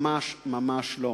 ממש ממש לא.